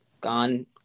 gone